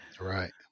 right